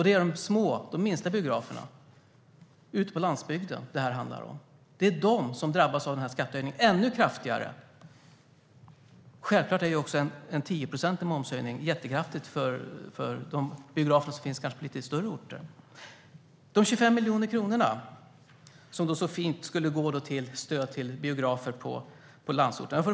Det är de minsta biograferna ute på landsbygden som det handlar om. Det är de som drabbas av den här skattehöjningen ännu kraftigare. Självklart är också en 10-procentig momshöjning mycket kraftig för de biografer som kanske finns på lite större orter. Så till de 25 miljoner kronor som så fint skulle gå till stöd till biografer på landsorten.